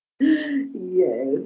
yes